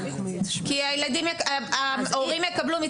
כי ההורים יקבלו,